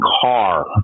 car